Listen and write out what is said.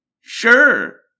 Sure